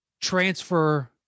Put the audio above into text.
transfer